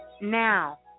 now